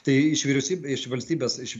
tai iš vyriausybė iš valstybės iš